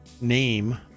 name